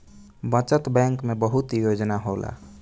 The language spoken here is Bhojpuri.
बचत बैंक में बहुते योजना होला